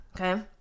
Okay